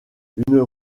une